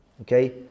Okay